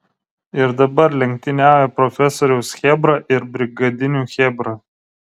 ir dabar lenktyniauja profesoriaus chebra ir brigadinių chebra